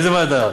לא סיימתי.